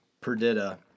Perdita